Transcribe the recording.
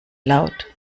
laut